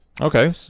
Okay